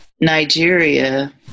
Nigeria